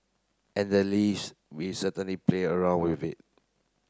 and the leaves we certainly play around with it